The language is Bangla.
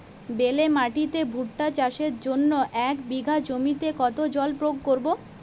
বেলে মাটিতে ভুট্টা চাষের জন্য এক বিঘা জমিতে কতো জল প্রয়োগ করব?